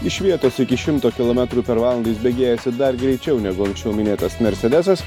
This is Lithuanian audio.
iš vietos iki šimto kilometrų per valandą jis bėgėjasi dar greičiau negu anksčiau minėtas mersedesas